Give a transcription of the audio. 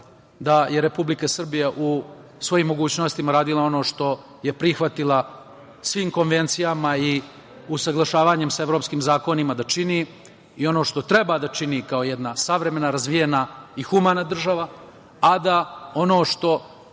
da je Republika Srbija u svojim mogućnostima radila ono što je prihvatila svim konvencijama i usaglašavanjem sa evropskim zakonima da čini i ono što treba da čini kao jedna savremena, razvijena i humana država, a da ono što